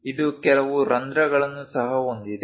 ಇದು ಕೆಲವು ರಂಧ್ರಗಳನ್ನು ಸಹ ಹೊಂದಿದೆ